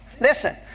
Listen